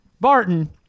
Barton